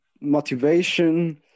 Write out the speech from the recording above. motivation